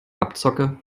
abzocke